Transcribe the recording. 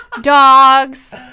dogs